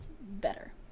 better